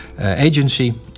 Agency